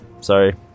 Sorry